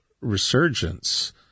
resurgence